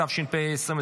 התשפ"ה 2025,